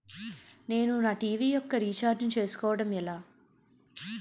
నేను నా టీ.వీ యెక్క రీఛార్జ్ ను చేసుకోవడం ఎలా?